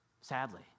sadly